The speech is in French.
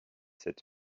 sept